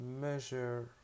measure